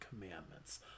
commandments